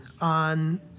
on